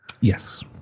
Yes